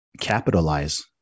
capitalize